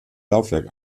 laufwerk